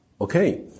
Okay